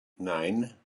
nine